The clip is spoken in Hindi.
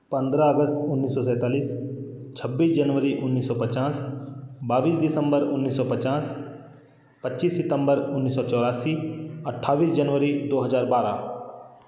पंद्रह अगस्त उन्नीस सौ सैंतालीस छब्बीस जनवरी उन्नीस सौ पचास बाविस दिसंबर उन्नीस सौ पचास पच्चीस सितंबर उन्नीस सौ चौरासी अट्ठावीस जनवरी दो हजार बारह